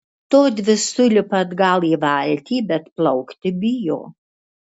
todvi sulipa atgal į valtį bet plaukti bijo